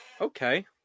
Okay